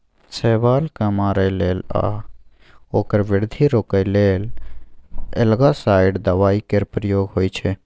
शैबाल केँ मारय लेल या ओकर बृद्धि रोकय लेल एल्गासाइड दबाइ केर प्रयोग होइ छै